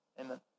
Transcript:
Amen